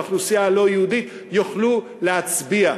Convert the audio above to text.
האוכלוסייה הלא-יהודית יוכלו להצביע.